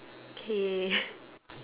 okay